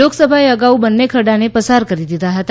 લોકસભાએ અગાઉ બંને ખરડાને પસાર કરી દીધા હતા